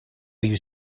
you